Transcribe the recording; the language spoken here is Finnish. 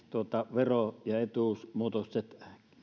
vero ja etuusmuutokset